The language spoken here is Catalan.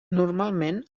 normalment